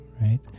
Right